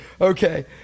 Okay